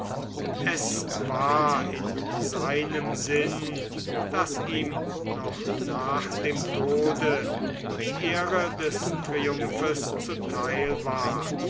es war in seinem sinn daß ihm noch nach dem tode die ehre des triumphes zuteil ward